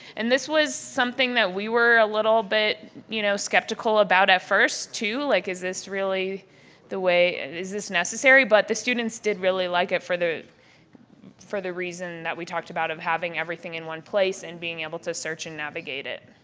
and this was something that we were a little bit you know skeptical about at first too, like, is this really the way? is this necessary? but the students did really like it for the for the reason that we talked about of having everything in one place and being able to search and navigate it.